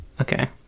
Okay